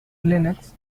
linux